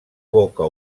boca